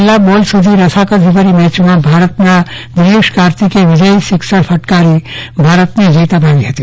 છેલ્લા બોલ સુધી રસાકસીભરી મેચમાં ભારતના દિનેશ કાર્તિકે વિજય સિકસર ફટકારીભારતને જીત અપાવી હતી